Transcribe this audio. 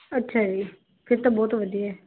ਅੱਛਾ ਜੀ ਫਿਰ ਤਾਂ ਬਹੁਤ ਵਧੀਆ